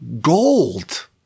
gold